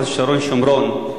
מחוז שרון-שומרון,